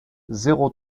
zéro